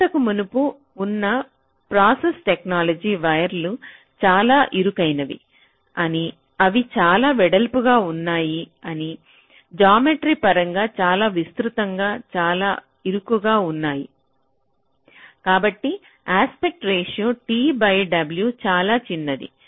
ఇంతకు మునుపు ఉన్న ప్రాసెస్ టెక్నాలజీలలో వైర్లు చాలా ఇరుకైనవి అని అవి చాలా వెడల్పుగా ఉన్నాయి అవి జామెట్రీ పరంగా చాలా విస్తృతంగా చాలా ఇరుకుగా ఉన్నాయి కాబట్టి aspect ratio t by w చాలా చిన్నది